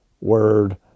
word